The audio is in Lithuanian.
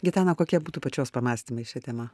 gitana kokie būtų pačios pamąstymai šia tema